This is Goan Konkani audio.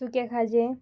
सुकें खाजें